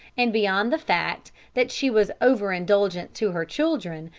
and beyond the fact that she was over-indulgent to her children,